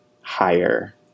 Higher